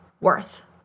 worth